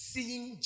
Seeing